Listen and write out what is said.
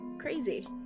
Crazy